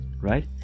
right